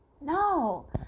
No